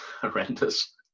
horrendous